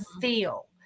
feel